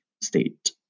state